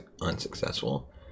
unsuccessful